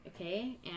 Okay